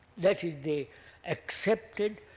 that is the accepted